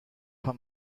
her